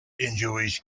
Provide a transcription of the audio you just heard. enjoys